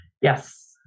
Yes